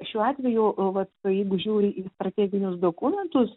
šiuo atveju va jeigu žiūri į strateginius dokumentus